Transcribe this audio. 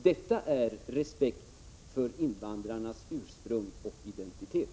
Detta är respekt för invandrarnas ursprung och identitet.